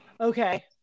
Okay